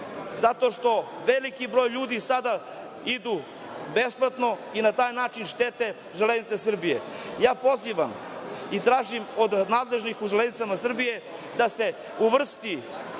zato što veliki broj ljudi sada ide besplatno i na taj način štete Železnice Srbije. Ja pozivam i tražim od nadležnim u Železnicama Srbije, da se uvrsti